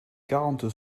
quarante